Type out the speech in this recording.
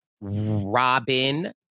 Robin